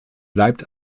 bleibt